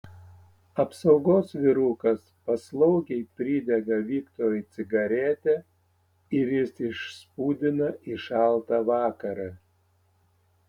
apsaugos vyrukas paslaugiai pridega viktorui cigaretę ir jis išspūdina į šaltą vakarą